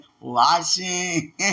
watching